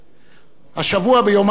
השבוע ב"יומן השבוע"